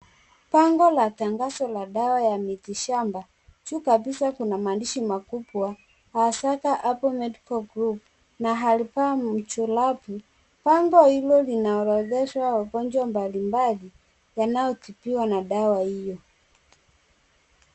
Bango la tangazo ya dawa ya miti shamba. Juu kabisa kuna maandishi makubwa, Ahasaka Herbal Medical Group, Albaa Mujarrabu. Bango hilo linaorodheshwa wagonjwa mbalimbali yanayotibiwa na dawa hiyo.